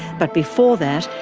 but before that,